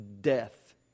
death